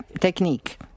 technique